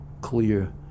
clear